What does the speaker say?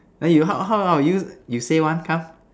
like you how how how about you you say one come